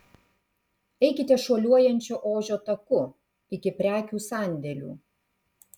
eikite šuoliuojančio ožio taku iki prekių sandėlių